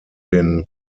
den